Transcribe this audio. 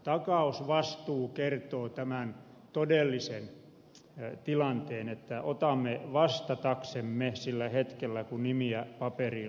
takausvastuu kertoo tämän todellisen tilanteen että otamme vastataksemme sillä hetkellä kun nimiä paperiin laitetaan